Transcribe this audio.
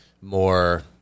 more